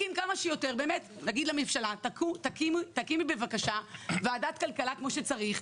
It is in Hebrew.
נגיד לממשלה: תקימי בבקשה ועדת כלכלה כפי שצריך,